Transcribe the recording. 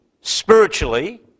spiritually